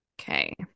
Okay